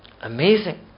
amazing